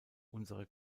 unsere